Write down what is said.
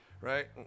right